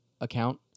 account